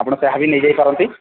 ଆପଣ ତାହା ବି ନେଇ ଯାଇ ପାରନ୍ତି